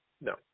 no